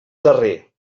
darrer